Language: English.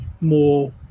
more